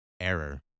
Error